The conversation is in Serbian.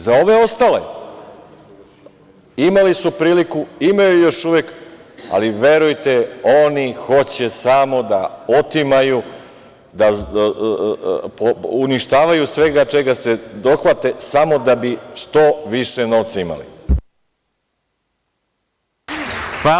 Za ove ostale, imali su priliku, imaju još uvek, ali verujte oni hoće samo da otimaju, uništavaju svega čega se dohvate samo da bi što više novca imali. (Vojislav Šešelj: Replika.